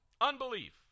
Unbelief